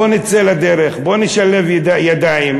בוא נצא לדרך, בוא נשלב ידיים.